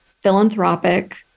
philanthropic